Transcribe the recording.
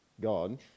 God